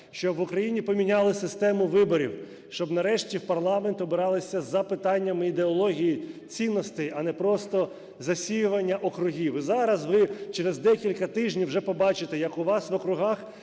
щоб в Україні поміняли систему виборів, щоб нарешті в парламент обиралася за питаннями ідеології, цінностей, а не просто засіювання округів. І зараз ви через декілька тижнів вже побачите як у вас в округах